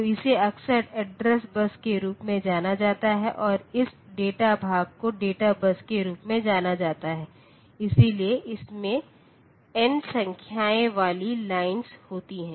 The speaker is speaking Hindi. तो इसे अक्सर एड्रेस बस के रूप में जाना जाता है और इस डेटा भाग को डेटा बस के रूप में जाना जाता है इसलिए इसमें n संख्याएँ वाली लाइन्स होती हैं